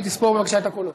גברתי תספור בבקשה את הקולות.